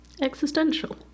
existential